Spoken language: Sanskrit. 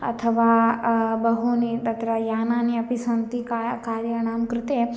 अथवा बहूनि तत्र यानानि अपि सन्ति का कार्याणां कृते